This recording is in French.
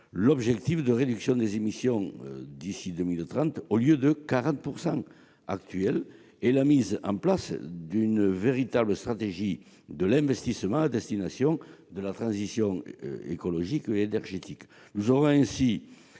l'objectif de réduction des émissions d'ici à 2030, et avec la mise en place d'une véritable stratégie de l'investissement à destination de la transition écologique et énergétique. Nous avons besoin